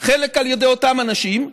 חלק על ידי אותם אנשים?